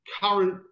current